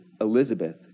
Elizabeth